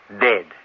dead